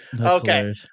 Okay